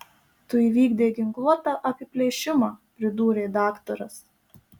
tu įvykdei ginkluotą apiplėšimą pridūrė daktaras